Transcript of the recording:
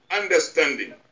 understanding